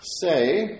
say